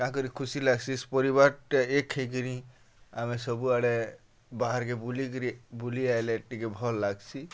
କାଁ କରି ଖୁସି ଲାଗ୍ସି ପରିବାର୍ଟା ଏକ୍ ହେଇକିରି ଆମେ ସବୁଆଡ଼େ ବାହାର୍କେ ବୁଲିକିରି ବୁଲି ଆଏଲେ ଟିକେ ଭଲ୍ ଲାଗ୍ସି